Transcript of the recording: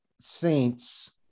Saints